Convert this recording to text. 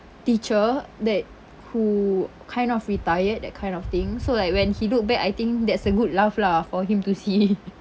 teacher that who kind of retired that kind of thing so like when he look back I think that's a good laugh lah for him to see